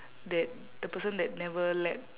that the person that never let